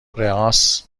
رآس